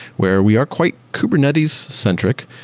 where we are quite kubernetes-centric.